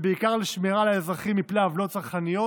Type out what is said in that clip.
ובעיקר לשמירה על האזרחים מפני עוולות צרכניות.